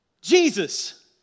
Jesus